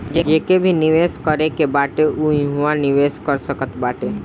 जेके भी निवेश करे के बाटे उ इहवा निवेश कर सकत बाटे